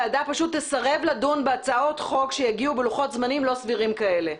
הוועדה פשוט תסרב לדון בהצעות חוק שיגיעו בלוחות זמנים לא סבירים כאלה.